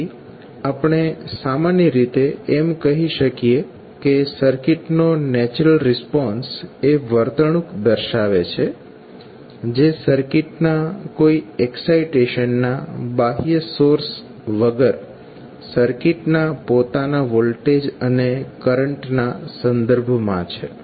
તેથી આપણે સામાન્ય રીતે એમ કહી શકીએ કે સર્કિટનો નેચરલ રિસ્પોન્સ એ વર્તણૂક દર્શાવે છે જે સર્કિટના કોઈ એક્સાઇટેશનના બાહ્ય સોર્સ વગર સર્કિટ્ના પોતાના વોલ્ટેજ અને કરંટના સંદર્ભમાં છે